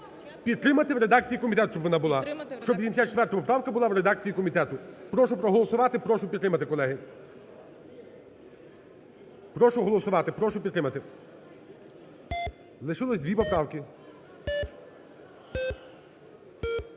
Підтримати в редакції комітету, щоб вона була. Щоб 84 поправка була в редакції комітету. Прошу проголосувати, прошу підтримати, колеги. Прошу голосувати, прошу підтримати. Лишилось дві поправки.